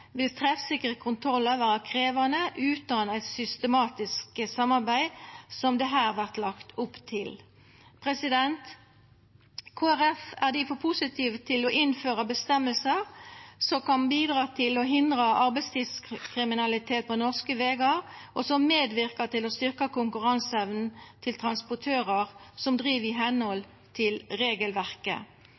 treffsikre kontrollar vera krevjande utan eit systematisk samarbeid som det her vert lagt opp til. Kristeleg Folkeparti er difor positive til å innføra reglar som kan bidra til å hindra arbeidslivskriminalitet på norske vegar, og som medverkar til å styrkja konkurranseevna til transportørar som driv i samsvar med regelverket.